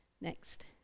Next